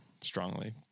strongly